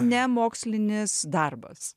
ne mokslinis darbas